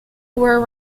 were